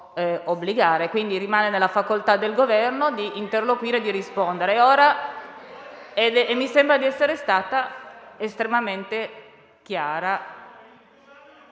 quindi rimane nella facoltà del Governo interloquire e rispondere. *(Commenti)*. Mi sembra di essere stata estremamente chiara: